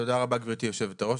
תודה רבה גברתי יושבת הראש.